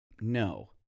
no